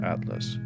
Atlas